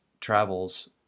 travels